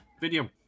video